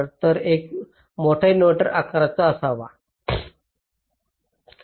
तर मोठा इन्व्हर्टर आकार असावा